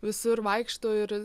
visur vaikšto ir